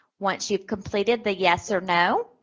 once you've completed the yes or no,